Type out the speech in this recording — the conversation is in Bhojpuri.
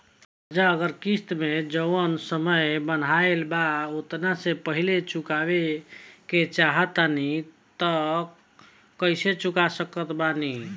कर्जा अगर किश्त मे जऊन समय बनहाएल बा ओतना से पहिले चुकावे के चाहीं त कइसे चुका सकत बानी?